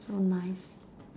so nice